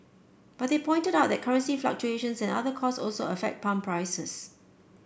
but they pointed out that currency fluctuations and other costs also affect pump prices